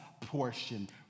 portion